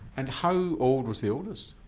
and how old was the eldest?